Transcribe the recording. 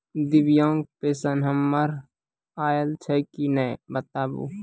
दिव्यांग पेंशन हमर आयल छै कि नैय बताबू?